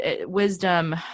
wisdom